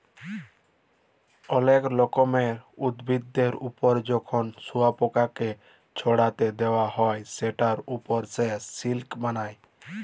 অলেক রকমের উভিদের ওপর যখন শুয়পকাকে চ্ছাড়ে দেওয়া হ্যয় সেটার ওপর সে সিল্ক বালায়